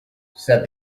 said